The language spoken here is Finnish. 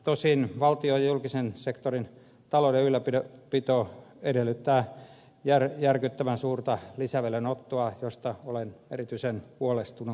tosin valtion ja julkisen sektorin talouden ylläpito edellyttää järkyttävän suurta lisävelanottoa josta olen erityisen huolestunut